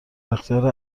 اختیار